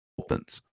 opens